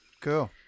Cool